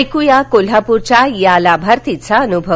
ऐकुया कोल्हापूरच्या या लाभार्थीचा अनुभव